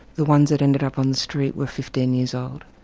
the ones that ended up on the street were fifteen years old.